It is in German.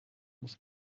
muss